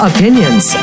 Opinions